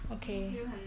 okay